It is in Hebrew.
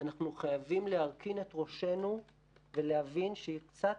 אנחנו חייבים להרכין את ראשינו ולהבין שהיא קצת